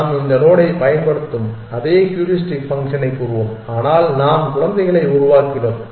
நாம் இந்த நோடை பயன்படுத்தும் அதே ஹூரிஸ்டிக் ஃபங்க்ஷனைக் கூறுவோம் ஆனால் நாம் குழந்தைகளை உருவாக்கினோம்